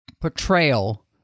portrayal